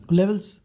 levels